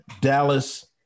Dallas